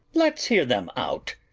let's hear them out.